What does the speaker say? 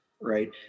right